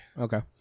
Okay